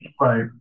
right